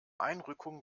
einrückung